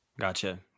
Gotcha